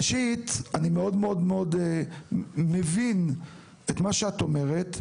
ראשית אני מאוד מאוד מבין את מה שאת אומרת,